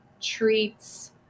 treats